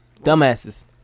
Dumbasses